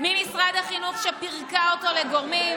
ממשרד החינוך שהיא פירקה לגורמים,